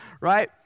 right